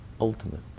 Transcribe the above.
ultimate